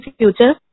future